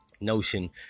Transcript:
notion